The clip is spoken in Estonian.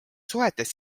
suhetes